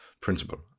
principle